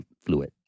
fluid